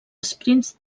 esprints